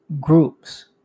groups